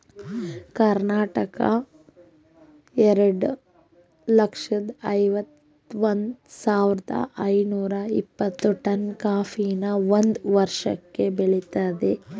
ಕರ್ನಾಟಕ ಎರಡ್ ಲಕ್ಷ್ದ ಐವತ್ ಒಂದ್ ಸಾವಿರ್ದ ಐನೂರ ಇಪ್ಪತ್ತು ಟನ್ ಕಾಫಿನ ಒಂದ್ ವರ್ಷಕ್ಕೆ ಬೆಳಿತದೆ